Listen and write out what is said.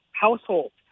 households